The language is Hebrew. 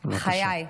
בחיי.